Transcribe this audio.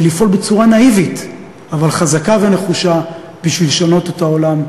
ולפעול בצורה נאיבית אבל חזקה ונחושה בשביל לשנות את העולם.